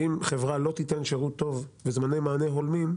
ואם חברה לא תיתן שירות טוב וזמני מענה הולמים,